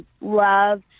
love